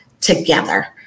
together